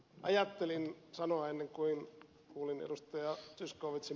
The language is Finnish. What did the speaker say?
ajattelin sanoa ennen kuin kuulin ed